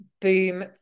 Boom